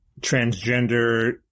transgender